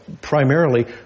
primarily